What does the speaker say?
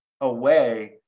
away